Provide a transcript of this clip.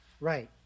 right